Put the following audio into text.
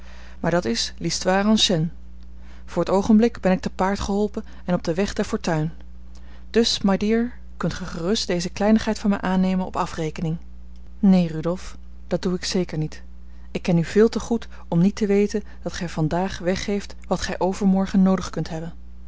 maar dat is l'histoire ancienne voor t oogenblik ben ik te paard geholpen en op den weg der fortuin dus my dear kunt gij gerust deze kleinigheid van mij aannemen op afrekening neen rudolf dat doe ik zeker niet ik ken u veel te goed om niet te weten dat gij vandaag weggeeft wat gij overmorgen noodig kunt hebben